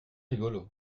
rigolo